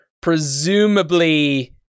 presumably